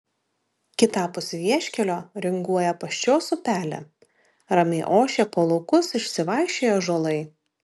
kitapus vieškelio ringuoja apaščios upelė ramiai ošia po laukus išsivaikščioję ąžuolai